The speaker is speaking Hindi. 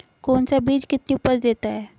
कौन सा बीज कितनी उपज देता है?